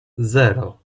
zero